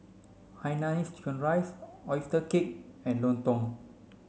Hainanese chicken rice oyster cake and Lontong